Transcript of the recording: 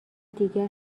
دیگر